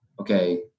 okay